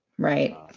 Right